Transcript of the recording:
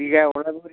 बिगायाव ना मोरै